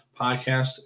podcast